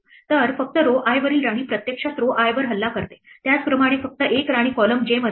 तर फक्त row i वरील राणी प्रत्यक्षात row i वर हल्ला करते त्याचप्रमाणे फक्त एक राणी column j मध्ये आहे